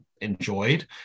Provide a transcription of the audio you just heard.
enjoyed